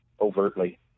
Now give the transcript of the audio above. overtly